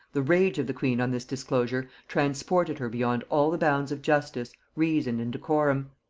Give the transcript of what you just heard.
the rage of the queen on this disclosure transported her beyond all the bounds of justice, reason, and decorum.